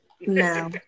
No